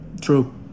True